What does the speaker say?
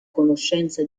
conoscenza